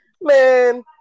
Man